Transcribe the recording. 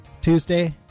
Tuesday